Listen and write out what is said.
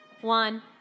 one